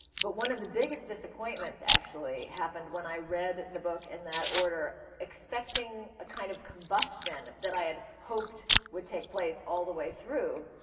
but one of the biggest disappointments actually, happened when i read the book in that order, expecting a kind of combustion that i had hoped would take place all the way through.